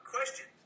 Question